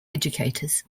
educators